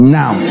now